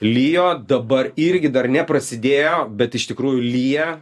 lijo dabar irgi dar neprasidėjo bet iš tikrųjų lyja